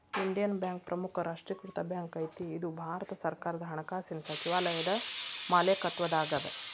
Indian bank ಪ್ರಮುಖ ರಾಷ್ಟ್ರೇಕೃತ bank ಐತಿ ಇದು ಭಾರತ ಸರ್ಕಾರದ ಹಣಕಾಸಿನ್ ಸಚಿವಾಲಯದ ಮಾಲೇಕತ್ವದಾಗದ